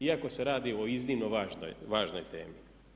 Iako se radi o iznimno važnoj temi.